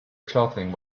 clothing